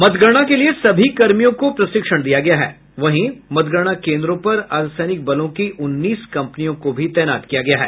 मतगणना के लिए सभी कर्मियों को प्रशिक्षण दिया गया है वहीं मतगणना केंद्रों पर अर्धसैनिक बलों की उन्नीस कंपनियों को भी तैनात किया गया है